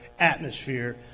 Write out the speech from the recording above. atmosphere